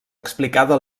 explicada